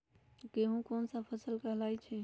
गेहूँ कोन सा फसल कहलाई छई?